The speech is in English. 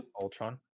Ultron